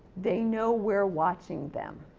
they know we're watching them